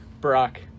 Brock